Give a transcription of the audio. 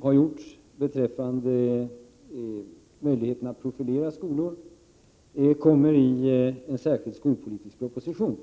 har gjorts beträffande möjligheten att profilera skolor kommer i en särskild skolpolitisk proposition.